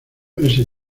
ese